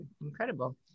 incredible